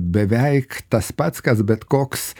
beveik tas pats kas bet koks